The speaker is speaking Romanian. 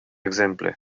exemple